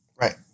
Right